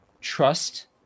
trust